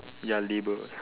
ya labels